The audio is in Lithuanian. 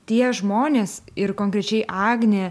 tie žmonės ir konkrečiai agnė